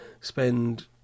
Spend